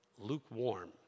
lukewarm